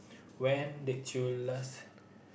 when did you last